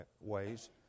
ways